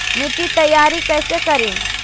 मिट्टी तैयारी कैसे करें?